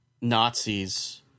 nazis